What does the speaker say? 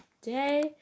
today